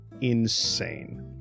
insane